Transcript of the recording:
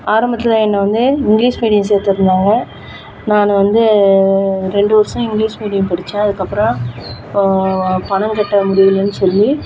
ஆரம்பத்தில் என்ன வந்த இங்கிலீஷ் மீடியம் சேத்திருந்தாங்க நான் வந்து ரெண்டு வருஷம் இங்கிலீஷ் மீடியம் படித்தேன் அதுக்கப்றம் அப்போது பணம் கட்ட முடியலைன்னு சொல்லி